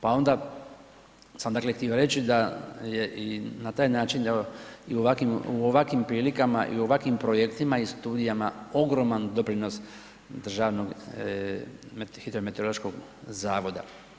Pa onda sam dakle htio reći da je i na taj način evo i u ovakvim prilikama i u ovakvim projektima i studijama ogroman doprinos Državnog hidrometeorološkog zavoda.